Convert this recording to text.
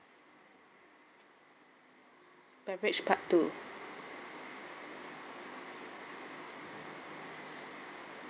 beverage part two